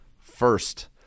first